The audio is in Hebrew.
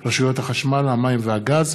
בנושא: דוח המשרד להגנת הסביבה קובע